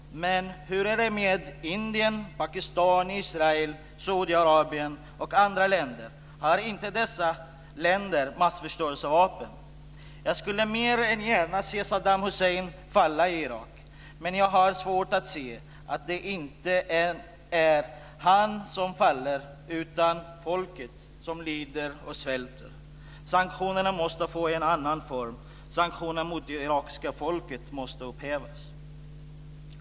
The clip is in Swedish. Men hur är det med Indien, Pakistan, Israel, Saudiarabien och andra länder? Har inte dessa länder massförstörelsevapen? Jag skulle mer än gärna se Saddam Hussein falla i Irak, men jag har svårt att se att det blir han som faller, utan att det blir folket som lider och svälter. Sanktionerna måste få en annan form. Sanktionerna mot det irakiska folket måste upphävas.